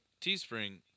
Teespring